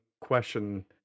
question